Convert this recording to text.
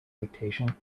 dictation